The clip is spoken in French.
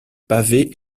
pavé